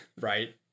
right